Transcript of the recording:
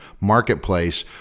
marketplace